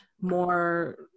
more